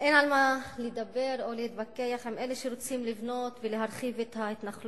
שאין על מה לדבר או להתווכח עם אלה שרוצים לבנות ולהרחיב את ההתנחלויות,